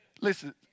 listen